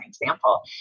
example